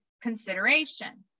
consideration